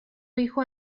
hijo